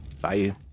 bye